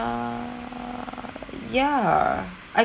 err ya I